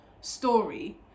story